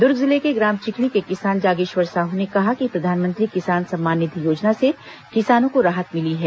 दुर्ग जिले के ग्राम चिखली के किसान जागेश्वर साहू ने कहा कि प्रधानमंत्री किसान सम्मान निधि योजना से किसानों को राहत मिली है